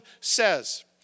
Says